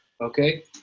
okay